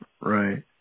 Right